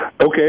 Okay